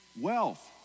wealth